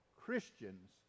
Christians